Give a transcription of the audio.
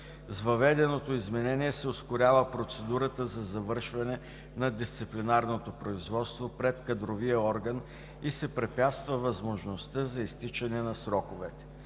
въведеното изменение се ускорява процедурата за завършване на дисциплинарното производство пред кадровия орган и се препятства възможността за изтичане на сроковете.